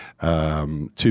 Two